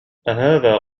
أهذا